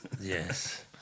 Yes